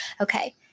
Okay